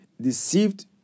deceived